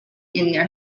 their